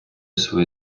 своє